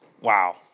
Wow